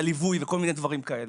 על ליווי וכל מיני דברים כאלה.